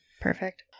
Perfect